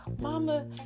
mama